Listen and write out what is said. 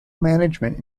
management